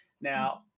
Now